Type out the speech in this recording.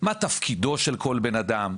מה תפקידו של כל בן אדם.